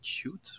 cute